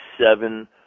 seven